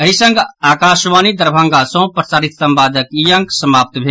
एहि संग आकाशवाणी दरभंगा सँ प्रसारित संवादक ई अंक समाप्त भेल